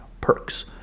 perks